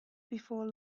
before